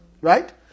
Right